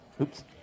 Oops